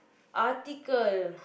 article